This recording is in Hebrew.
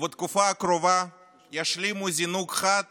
ובתקופה הקרובה ישלימו זינוק חד